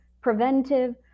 preventive